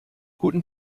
guten